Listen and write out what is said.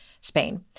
spain